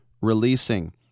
Releasing